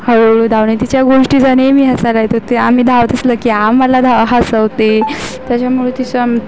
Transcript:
हळूहळू धावणे तिच्या गोष्टीचं नेहमी हसायला येतं ते आम्ही धावत असलं की आम्हाला धावा हसवते तेच्यामुळं तिच्या